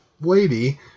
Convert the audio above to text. lady